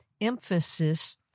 emphasis